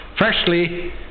firstly